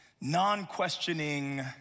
non-questioning